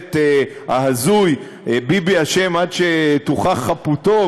השלט ההזוי "ביבי אשם עד שתוכח חפותו",